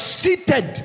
seated